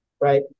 Right